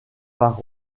par